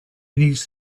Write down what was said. needs